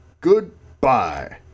Goodbye